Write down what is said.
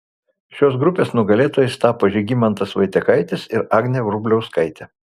šios grupės nugalėtojais tapo žygimantas vaitiekaitis ir agnė vrubliauskaitė